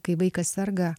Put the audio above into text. kai vaikas serga